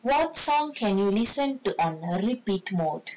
what sound can you listen to on repeat mode